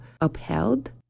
upheld